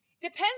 Depends